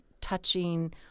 touching